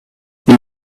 the